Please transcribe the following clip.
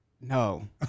No